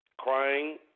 crying